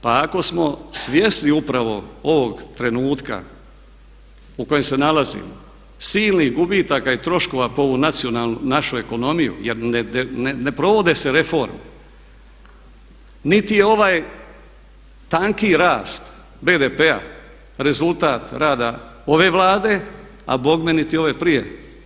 Pa ako smo svjesni upravo ovog trenutka u kojem se nalazimo silnih gubitaka i troškova po ovu nacionalnu našu ekonomiju jer ne provode se reforme, niti je ovaj tanki rast BDP-a rezultat rada ove Vlade, a bogme niti ove prije.